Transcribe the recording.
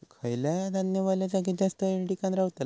खयला धान्य वल्या जागेत जास्त येळ टिकान रवतला?